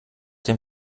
dem